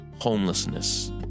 homelessness